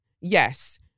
yes